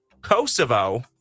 Kosovo